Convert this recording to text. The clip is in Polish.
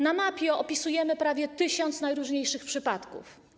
Na mapie opisujemy prawie 1000 najróżniejszych przypadków.